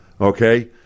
Okay